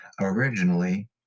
Originally